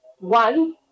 One